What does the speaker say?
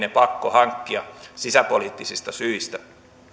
ne pakko hankkia sisäpoliittisista syistä